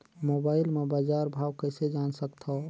Mobile म बजार भाव कइसे जान सकथव?